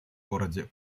городе